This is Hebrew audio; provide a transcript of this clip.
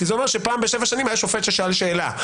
כי זה אומר שפעם בשבע שנים היה שופט ששאל שאלה.